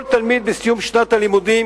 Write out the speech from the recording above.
בסיום שנת הלימודים